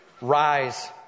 Rise